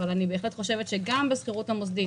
אבל אני בהחלט חושבת שגם בשכירות המוסדית